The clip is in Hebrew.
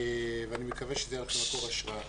ואני מקווה שזה יהיה כמקור השראה.